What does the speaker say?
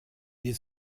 wir